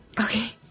Okay